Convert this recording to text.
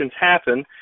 happen